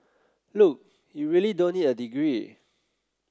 look you really don't need a degree